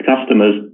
customers